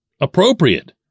appropriate